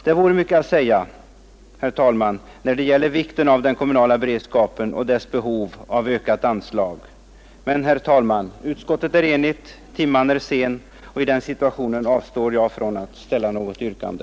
Det vore mycket att säga, herr talman, när det gäller vikten av den kommunala beredskapen och dess behov av ökat anslag. Men utskottet är enigt och timman är sen, och i den situationen avstår jag från att framställa något yrkande.